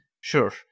Sure